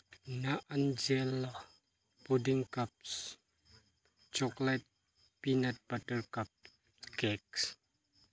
ꯅꯑꯟꯖꯦꯂꯥ pudding cups chocolate peanut butter cup cakes